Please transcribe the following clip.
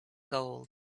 gold